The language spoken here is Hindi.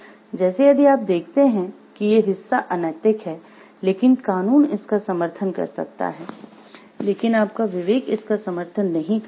जैसे यदि आप देखते हैं कि ये हिस्सा अनैतिक है लेकिन कानून इसका समर्थन कर सकता है लेकिन आपका विवेक इसका समर्थन नहीं करता है